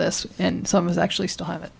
this and some is actually still have it